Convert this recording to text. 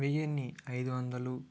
వెయ్యిన్ని ఐదు వందలు